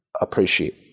appreciate